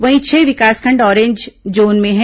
वहीं छह विकासखंड ऑरेज जोन में है